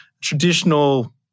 traditional